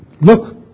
Look